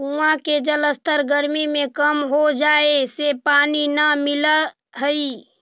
कुआँ के जलस्तर गरमी में कम हो जाए से पानी न मिलऽ हई